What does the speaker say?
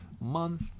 month